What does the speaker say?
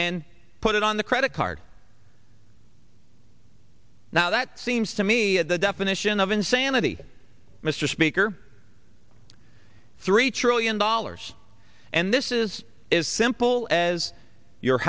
and put it on the credit card now that seems to me the definition of insanity mr speaker three trillion dollars and this is as simple as your